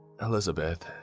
Elizabeth